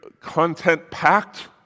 content-packed